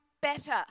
better